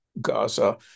Gaza